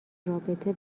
رابطه